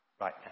right